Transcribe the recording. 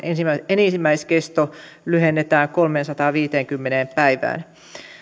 enimmäiskesto lyhennetään kolmeensataanviiteenkymmeneen päivään